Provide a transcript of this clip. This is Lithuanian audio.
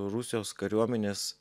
rusijos kariuomenės